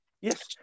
Yes